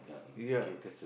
ya